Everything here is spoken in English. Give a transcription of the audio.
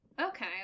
Okay